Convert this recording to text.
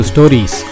Stories